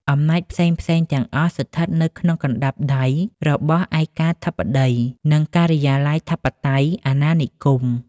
អំណាចផ្សេងៗទាំងអស់ស្ថិតនៅក្នុងកណ្តាប់ដៃរបស់ឯកាធិបតី និងការិយាធិបតេយ្យអាណានិគម។